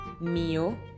Mio